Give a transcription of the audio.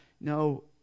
No